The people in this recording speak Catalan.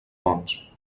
ponts